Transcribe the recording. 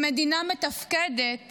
במדינה מתפקדת